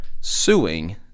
suing